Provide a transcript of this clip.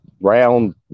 round